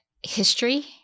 history